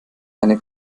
eine